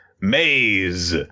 maze